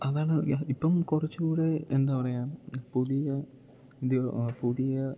അതാണ് യാ ഇപ്പം കുറച്ചും കൂടെ എന്താ പറയുക പുതിയ ഇന്ത്യ ആ പുതിയ